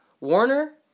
Warner